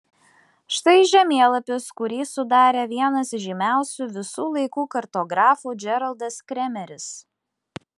štai žemėlapis kurį sudarė vienas žymiausių visų laikų kartografų džeraldas kremeris